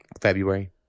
February